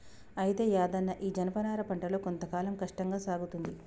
అయితే యాదన్న ఈ జనపనార పంటలో కొంత కాలం కష్టంగా సాగుతుంది